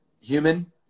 human